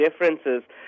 differences